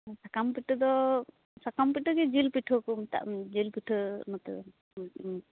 ᱥᱟᱠᱟᱢ ᱯᱤᱴᱷᱟ ᱫᱚ ᱥᱟᱠᱟᱢ ᱯᱤᱴᱷᱟ ᱜᱮ ᱡᱤᱞ ᱯᱤᱴᱷᱟᱹ ᱦᱚᱠᱚ ᱢᱮᱛᱟᱜ ᱡᱤᱞ ᱯᱤᱴᱷᱟᱹ ᱱᱚᱛᱮᱫᱚ ᱩᱸᱩᱸ